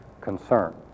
Concern